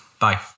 Bye